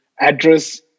Address